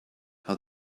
how